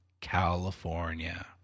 California